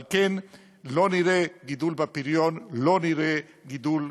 על כן לא נראה גידול בפריון, לא נראה גידול בשכר.